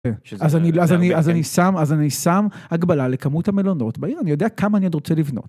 אז אני שם, אז אני שם הגבלה לכמות המלונות בעיר, אני יודע כמה אני עוד רוצה לבנות.